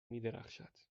میدرخشد